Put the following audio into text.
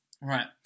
right